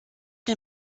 mir